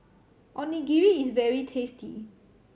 onigiri is very tasty